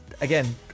Again